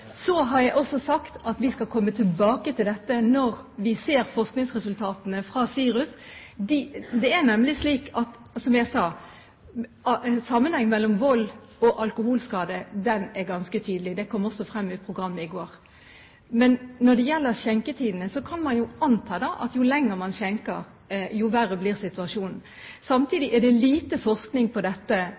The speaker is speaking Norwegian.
Så har jeg også sagt at vi skal komme tilbake til dette når vi ser forskningsresultatene fra SIRUS. Det er nemlig slik, som jeg sa, at sammenhengen mellom vold og alkoholskader er ganske tydelig. Det kom også frem i programmet i går. Når det gjelder skjenketidene, kan man anta at jo lenger man skjenker, jo verre blir situasjonen. Samtidig er det lite forskning på dette